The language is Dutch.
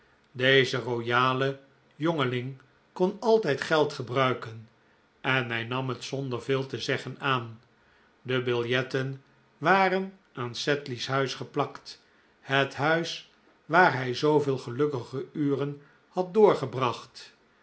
deze royale jongeling kon altijd geld gebruiken en hij nam het zonder veel te zeggen aan de biljetten waren aan sedley's huis geplakt het huis waar hij zooveel gelukkige uren had doorgebracht